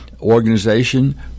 organization